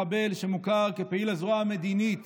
מחבל שמוכר כפעיל הזרוע המדינית